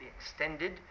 extended